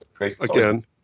Again